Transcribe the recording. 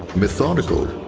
methodical,